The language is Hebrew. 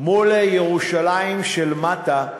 מול ירושלים של מטה,